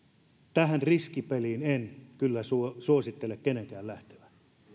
tähän riskipeliin en kyllä suosittele kenenkään lähtevän